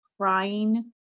crying